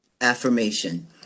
affirmation